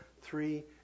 three